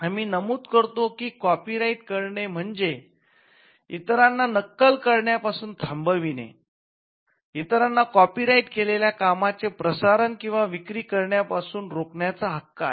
आम्ही नमूद करतो की कॉपीराईट करणे म्हणजे इतरांना नक्कल करण्या पासून थांबवणे इतरांना कॉपीराइट केलेल्या कामांचे प्रसारण किंवा विक्री करण्यापासून रोखण्याचा हक्क आहे